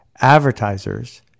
Advertisers